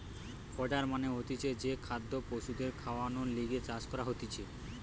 fodder মানে হতিছে যে খাদ্য পশুদের খাওয়ানর লিগে চাষ করা হতিছে